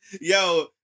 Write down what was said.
Yo